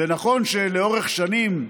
זה נכון שלאורך שנים,